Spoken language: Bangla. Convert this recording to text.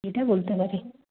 এটা বলতে পারি